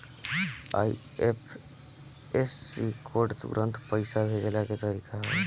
IFSC code तुरंत पईसा भेजला के तरीका हवे